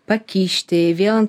pakišti vėl ant